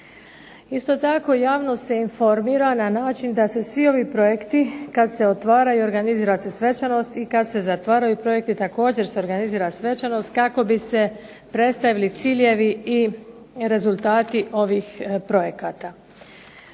Isto tako, javnost se informira na način da se svi ovi projekti kad se otvaraju i organizira se svečanost i kad se zatvaraju projekti također se organizira svečanost kako bi se predstavili ciljevi i rezultati ovih projekata.